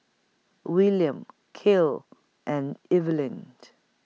Willian Kael and Evalyn